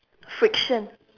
friction